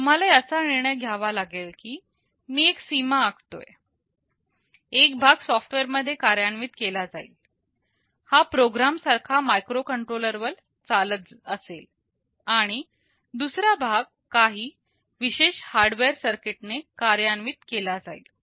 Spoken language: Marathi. तुम्हाला याचा निर्णय घ्यावा लागेल की मी एक सीमा आखतोय एक भाग सॉफ्टवेअर मध्ये कार्यान्वित केला जाईल हा प्रोग्राम सारखा मायक्रो कंट्रोलर वर चालत असेल आणि दुसरा भाग काही विशेष हार्डवेअर सर्किट ने कार्यान्वित केला जाईल